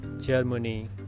Germany